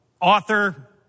author